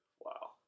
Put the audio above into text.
Wow